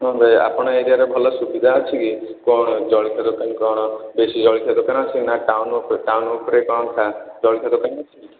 ହଁ ଭାଇ ଆପଣ ଏରିଆରେ ଭଲ ସୁବିଧା ଅଛି କି କ'ଣ ଜଳଖିଆ ଦୋକାନ କ'ଣ ବେଶୀ ଜଳଖିଆ ଦୋକାନ ଅଛି ନା ଟାଉନ ଟାଉନ ଉପରେ କ'ଣଟା ଜଳଖିଆ ଦୋକାନ ଅଛି କି